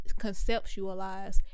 conceptualize